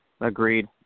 agreed